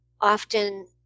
often